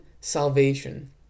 salvation